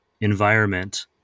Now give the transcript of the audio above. environment